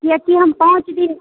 कियाकि हम पाँच दिन